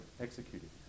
executed